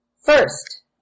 First